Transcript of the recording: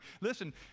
listen